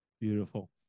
Beautiful